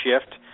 shift